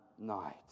night